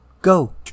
Go